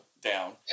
down